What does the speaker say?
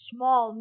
Small